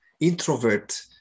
introvert